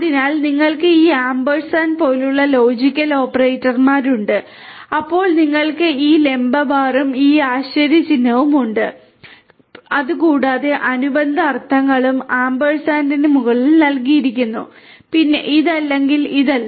അതിനാൽ നിങ്ങൾക്ക് ഈ ആമ്പേഴ്സാൻഡ് പോലുള്ള ലോജിക്കൽ ഓപ്പറേറ്റർമാർ ഉണ്ട് അപ്പോൾ നിങ്ങൾക്ക് ഈ ലംബ ബാറും ഈ ആശ്ചര്യചിഹ്നവും ഉണ്ട് കൂടാതെ അനുബന്ധ അർത്ഥങ്ങളും ആമ്പേഴ്സാൻഡിന് മുകളിൽ നൽകിയിരിക്കുന്നു പിന്നെ ഇത് അല്ലെങ്കിൽ ഇത് അല്ല